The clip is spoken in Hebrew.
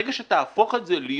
ברגע שתהפוך את זה להיות